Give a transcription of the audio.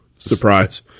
Surprise